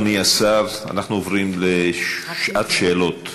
אדוני השר, אנחנו עוברים לשעת שאלות